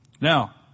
Now